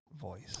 voice